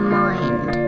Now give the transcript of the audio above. mind